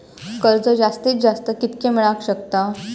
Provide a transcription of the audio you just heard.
कर्ज जास्तीत जास्त कितक्या मेळाक शकता?